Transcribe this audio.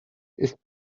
ist